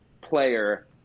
player